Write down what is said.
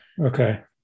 okay